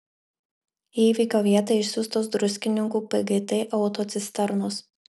į įvykio vietą išsiųstos druskininkų pgt autocisternos